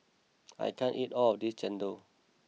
I can't eat all of this Chendol